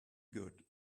good